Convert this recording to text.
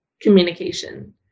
communication